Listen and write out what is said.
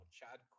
Chad